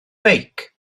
beic